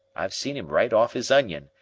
i've seen im right off is onion,